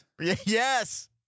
Yes